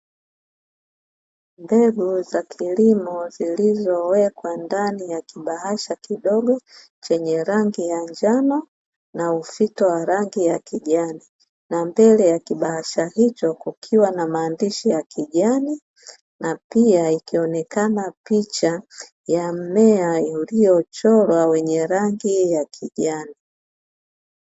Mbegu za kilimo zilizowekwa ndani ya kibaasha kidogo chenye rangi ya njano na ufito wa rangi ya kijani, na mbele ya kibaasha hicho kukiwa na maandishi ya kijani na pia ikionekana picha ya mmea uliochorwa wenye rangi ya kijani.